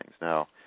Now